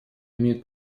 имеет